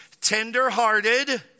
Tenderhearted